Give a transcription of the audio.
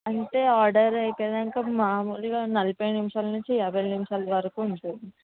అంటే ఆర్డర్ అయిపోయినాక మామూలుగా నలభై నిమిషాల నుంచి యాభై నిమిషాల వరకు ఉంటుంది